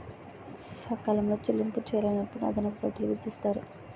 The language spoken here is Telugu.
సకాలంలో చెల్లింపులు చేయలేనప్పుడు అదనపు వడ్డీలు విధిస్తారు